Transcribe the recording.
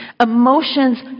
Emotions